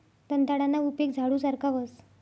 दंताळाना उपेग झाडू सारखा व्हस